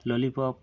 lollypop